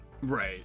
Right